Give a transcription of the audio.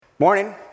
Morning